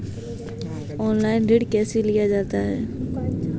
Online ऋण कैसे लिया जाता है?